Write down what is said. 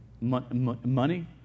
Money